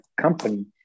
company